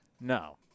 No